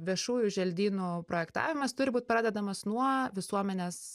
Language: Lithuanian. viešųjų želdynų projektavimas turi būt pradedamas nuo visuomenės